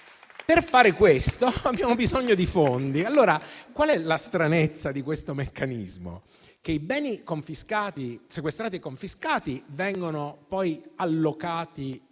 Per fare questo abbiamo bisogno di fondi. La stranezza di questo meccanismo è che i beni sequestrati e confiscati vengono poi allocati